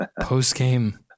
post-game